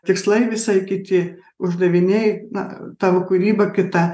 tikslai visai kiti uždaviniai na tavo kūryba kita